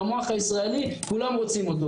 והמוח הישראלי כולם רוצים אותו.